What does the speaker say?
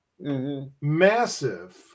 Massive